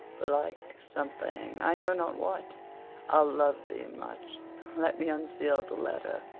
belike, something i know not what i'll love thee much let me unseal the letter.